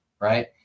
right